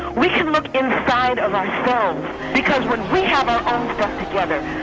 we can look inside of ourselves because when we have our own stuff together,